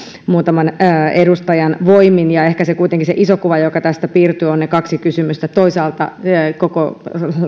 muutaman edustajan voimin ja ehkä kuitenkin se iso kuva joka tästä piirtyy ovat ne kaksi kysymystä toisaalta tietysti koko